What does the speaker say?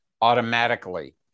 automatically